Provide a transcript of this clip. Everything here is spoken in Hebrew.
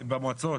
אשררו במועצות